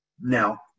Now